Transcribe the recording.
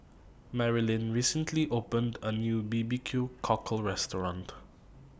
Maralyn recently opened A New B B Q Cockle Restaurant